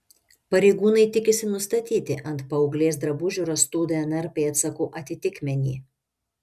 pareigūnai tikisi nustatyti ant paauglės drabužių rastų dnr pėdsakų atitikmenį